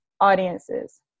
audiences